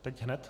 Teď hned?